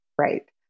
Right